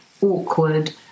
awkward